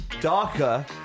darker